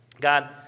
God